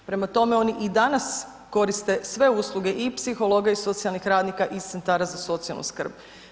Prema tome, oni i danas koriste sve usluge i psihologa i socijalnih radnika iz Centara za socijalnu skrb.